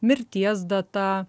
mirties data